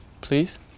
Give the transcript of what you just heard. Please